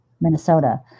Minnesota